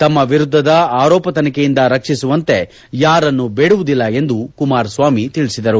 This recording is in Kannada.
ತಮ್ಮ ವಿರುದ್ಧದ ಆರೋಪ ತನಿಖೆಯಿಂದ ರಕ್ಷಿಸುವಂತೆ ಯಾರನ್ನೂ ಬೇಡುವುದಿಲ್ಲ ಎಂದು ಕುಮಾರಸ್ವಾಮಿ ತಿಳಿಸಿದರು